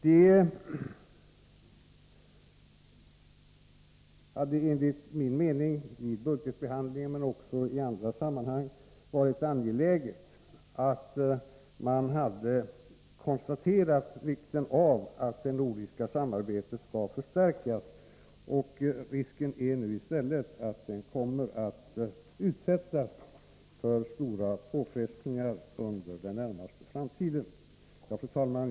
Det hade enligt min mening varit angeläget, vid budgetbehandlingen men också i andra sammanhang, att man hade konstaterat vikten av att det nordiska samarbetet förstärks. Risken är nu i stället att det kommer att utsättas för stora påfrestningar under den närmaste framtiden. Fru talman!